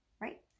right